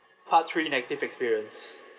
part three negative experience